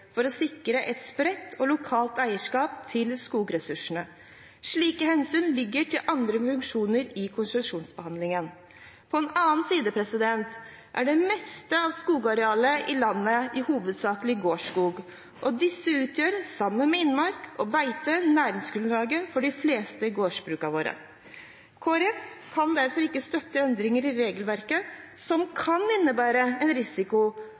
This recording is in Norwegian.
for å sikre et spredt og lokalt eierskap til skogressursene. Slike hensyn ligger til andre funksjoner i konsesjonsbehandlingen. På den annen side er det meste av skogarealet i landet hovedsakelig gårdsskog. Dette utgjør, sammen med innmark og beite, næringsgrunnlaget for de fleste gårdsbrukene våre. Kristelig Folkeparti kan derfor ikke støtte endringene i regelverket som kan innebære en risiko